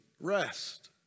rest